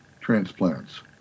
transplants